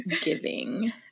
giving